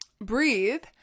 Breathe